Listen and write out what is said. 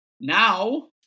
Now